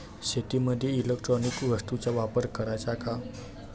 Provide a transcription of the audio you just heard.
शेतीमंदी इलेक्ट्रॉनिक वस्तूचा वापर कराचा का?